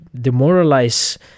demoralize